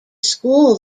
school